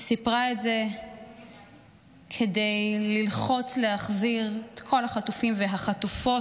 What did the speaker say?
היא סיפרה את זה כדי ללחוץ להחזיר את כל החטופים והחטופות,